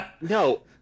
No